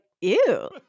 ew